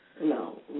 No